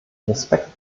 respekt